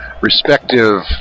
respective